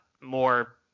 more